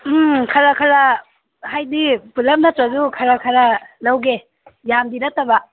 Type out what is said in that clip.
ꯎꯝ ꯈꯔ ꯈꯔ ꯍꯥꯏꯕꯗꯤ ꯄꯨꯂꯞ ꯅꯠꯇ꯭ꯔꯁꯨ ꯈꯔ ꯈꯔ ꯂꯧꯒꯦ ꯌꯥꯝꯗꯤ ꯅꯠꯇꯕ